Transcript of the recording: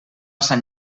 sant